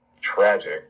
tragic